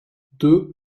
deux